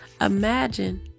Imagine